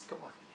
הסכמה.